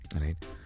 right